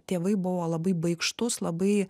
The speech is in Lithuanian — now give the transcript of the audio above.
tėvai buvo labai baikštūs labai